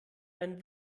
ein